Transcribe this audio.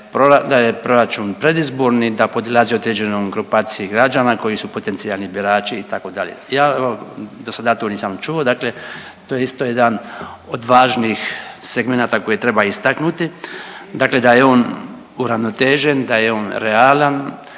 da je proračun predizborni, da podilazi određenoj grupaciji građana koji su potencijalni birači itd. ja evo do sada to nisam čuo, dakle to je isto jedan od važnih segmenata koje treba istaknuti, dakle da je on uravnotežen, da je on realan,